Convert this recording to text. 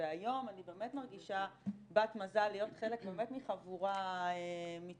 והיום אני באמת מרגישה בת מזל להיות חלק מחבורה מצטיינת